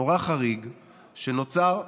נורא חריג שנוצר,